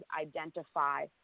identify